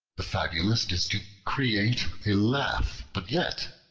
the fabulist is to create a laugh, but yet,